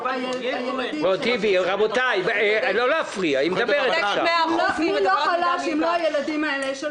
מי לא חלש אם לא הילדים האלה,